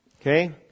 Okay